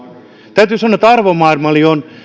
täytyy sanoa että arvomaailmani on